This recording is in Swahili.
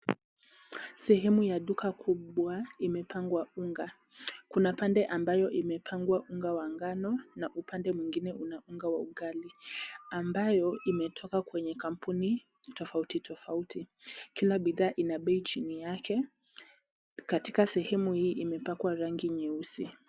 Sehemu ya duka kubwa imepangwa unga. Kuna pande ambayo imepangwa unga wa ngano na upande mwingine una unga ya ugali ambayo imetoka kwenye kampuni tofauti tofauti. Kila bidhaa ina bei chini yake. Katika sehemu hii imepakwa rangi nyeusi.